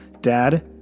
dad